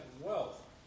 wealth